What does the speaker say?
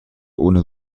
ohne